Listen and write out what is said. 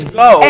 go